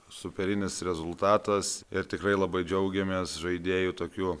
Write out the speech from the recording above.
superinis rezultatas ir tikrai labai džiaugiamės žaidėjų tokiu